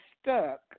stuck